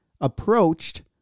approached